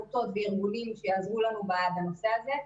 אנחנו בקשרים עם עמותות וארגונים שיעזרו לנו בנושא הזה.